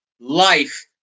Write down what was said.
life